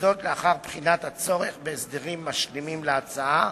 לאחר בחינת הצורך בהסדרים משלימים להצעה.